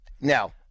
Now